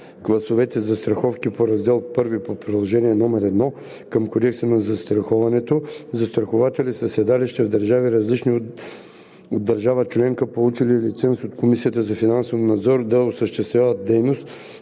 класовете застраховки по раздел I на приложение № 1 към Кодекса за застраховането; застрахователи със седалище в държави, различни от държава членка, получили лиценз от Комисията за финансов надзор да осъществяват дейност